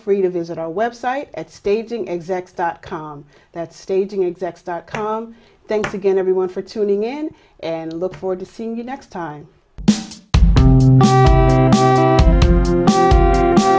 free to visit our website at staging exacts dot com that's staging exacts dot com thanks again everyone for tuning in and look forward to seeing you next time